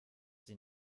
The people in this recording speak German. sie